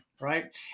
Right